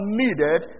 needed